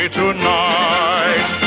tonight